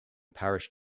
parish